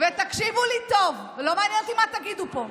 תקשיבו לי טוב, ולא מעניין אותי מה תגידו פה.